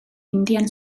indian